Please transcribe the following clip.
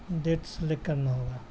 date select کرنا ہوگا